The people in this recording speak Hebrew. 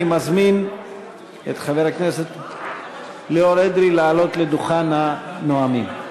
אני מזמין את חבר הכנסת ליאור אדרי לעלות לדוכן הנואמים.